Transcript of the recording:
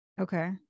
Okay